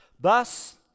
Thus